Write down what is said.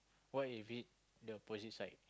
what if hit the opposite side